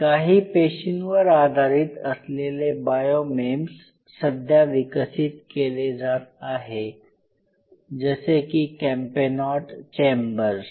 काही पेशींवर आधारित असलेले बायो मेम्स सध्या विकसित केले जात आहे जसे की कॅम्पेनॉट चेंबर्स